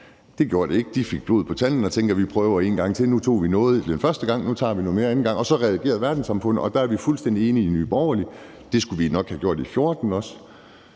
Det gjorde det ikke. De fik blod på tanden og tænkte: Vi prøver en gang til; nu tog vi noget første gang; nu tager vi noget mere anden gang. Og så reagerede verdenssamfundet, og der er vi i Nye Borgerlige fuldstændig enige i, at det skulle vi nok også have gjort i 2014, altså